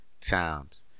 times